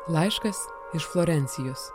laiškas iš florencijos